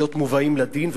להיות מובאים לדין,